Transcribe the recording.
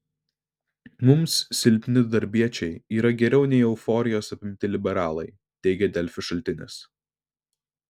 mums silpni darbiečiai yra geriau nei euforijos apimti liberalai teigė delfi šaltinis